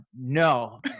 no